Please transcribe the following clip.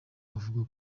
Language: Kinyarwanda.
avuga